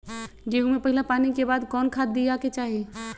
गेंहू में पहिला पानी के बाद कौन खाद दिया के चाही?